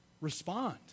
respond